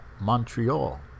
montreal